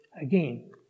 again